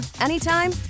anytime